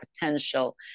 potential